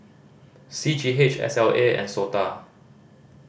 C G H S L A and SOTA